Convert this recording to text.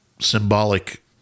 symbolic